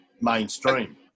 mainstream